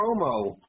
promo